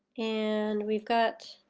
and we've got,